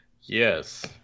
Yes